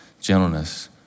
gentleness